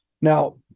now –